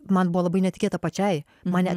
man buvo labai netikėta pačiai mane